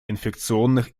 инфекционных